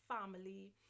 family